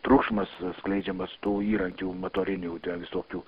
trukšmas skleidžiamas tų įrankių motorinių te visokių